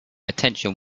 attention